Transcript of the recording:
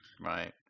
Right